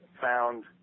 found